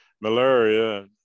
malaria